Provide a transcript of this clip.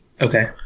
okay